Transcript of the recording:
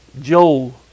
Joel